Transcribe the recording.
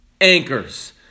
anchors